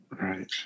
Right